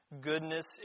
goodness